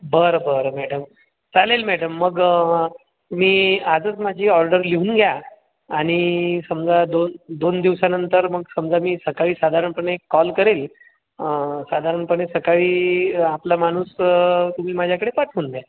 बरं बरं मॅडम चालेल मॅडम मग तुम्ही आजच माझी ऑर्डर लिहून घ्या आणि समजा दोन दोन दिवसानंतर मग समजा मी सकाळी साधारणपणे कॉल करेल साधारणपणे सकाळी आपला माणूस तुम्ही माझ्याकडे पाठवून द्या